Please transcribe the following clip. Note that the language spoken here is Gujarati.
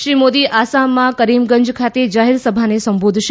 શ્રી મોદી આસામમાં કરીમગંજ ખાતે જાહેર સભાને સંબોધશે